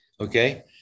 Okay